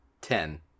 Ten